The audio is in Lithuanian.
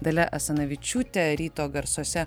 dalia asanavičiūte ryto garsuose